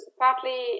partly